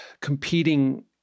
competing